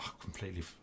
Completely